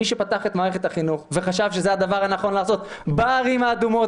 מי שפתח את מערכת החינוך וחשב שזה הדבר הנכון לעשות בערים האדומות,